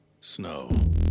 Snow